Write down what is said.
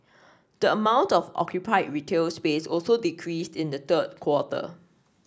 the amount of occupied retail space also decreased in the third quarter